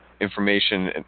information